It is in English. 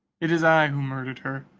it is i who murdered her,